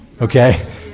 Okay